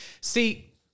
See